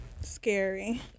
Scary